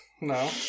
No